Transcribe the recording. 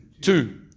two